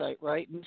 right